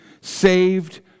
saved